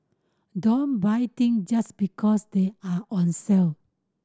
don't buy thing just because they are on sale